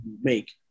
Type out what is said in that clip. make